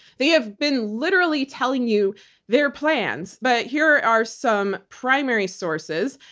they have been literally telling you their plans. but here are some primary sources.